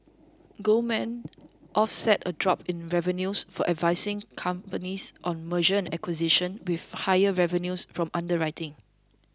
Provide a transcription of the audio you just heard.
Goldman offset a drop in revenues for advising companies on mergers and acquisitions with higher revenues from underwriting